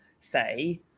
say